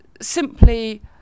simply